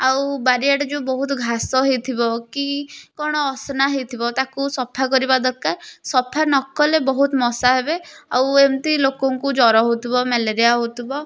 ଆଉ ବାରିଆଡ଼େ ଯେଉଁ ବହୁତ ଘାସ ହୋଇଥିବ କି କ'ଣ ଅସନା ହୋଇଥିବ ତାକୁ ସଫାକରିବା ଦରକାର ସଫା ନକଲେ ବହୁତ ମଶା ହେବେ ଆଉ ଏମିତି ଲୋକଙ୍କୁ ଜ୍ଵର ହେଉଥିବ ମ୍ୟାଲେରିଆ ହେଉଥିବ